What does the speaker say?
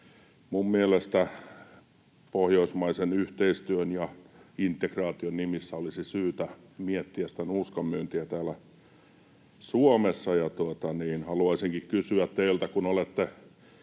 Minun mielestäni pohjoismaisen yhteistyön ja integraation nimissä olisi syytä miettiä sitä nuuskanmyyntiä täällä Suomessa. Haluaisinkin kysyä teiltä, kun olette